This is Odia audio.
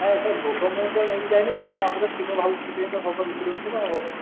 ନାଇଁ ଆଜ୍ଞା ଭୋଗ ମୁଁ ତ ନେଇକି ଯାଇନି ସେଠି ତ ମନ୍ଦିର ଥିବ ଭାବୁଛି ସେଠି ତ ଭୋଗ ବିକ୍ରି ହେଉଥିବ ଆଉ